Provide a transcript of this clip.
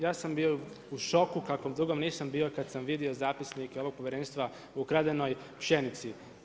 Ja sam bio u šoku kakvom dugo nisam bio kada sam vidio zapisnik ovog povjerenstva o ukradenoj pšenici.